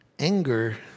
Anger